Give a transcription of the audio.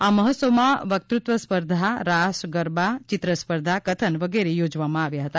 આ મહોત્સવમાં વક્ત્રત્વ સ્પર્ધા રાસ ગરબા ચિત્ર સ્પર્ધા કથન વગેરે યોજવામાં આવ્યા હતા